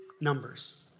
numbers